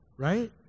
right